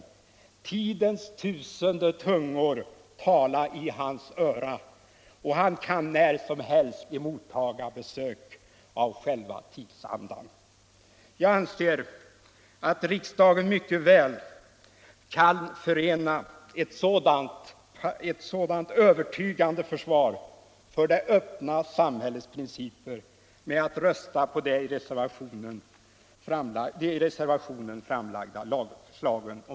Tidens tusende tungor tala i hans öra, och han kan när som helst emottaga besök av själva tidsandan.” Jag anser att riksdagen mycket väl kan förena ett sådant övertygande försvar för det öppna samhällets principer med att rösta på de i reservationen framlagda lagförslagen.